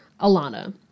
Alana